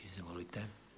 Izvolite.